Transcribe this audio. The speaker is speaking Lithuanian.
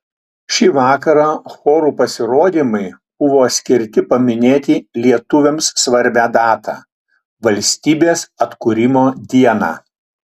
šį vakarą chorų pasirodymai buvo skirti paminėti lietuviams svarbią datą valstybės atkūrimo dieną